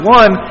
one